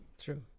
True